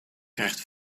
krijgt